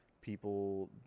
people